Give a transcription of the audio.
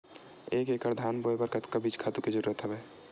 एक एकड़ धान बोय बर कतका बीज खातु के जरूरत हवय?